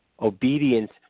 Obedience